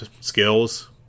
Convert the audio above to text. skills